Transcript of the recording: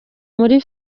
muri